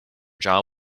jaw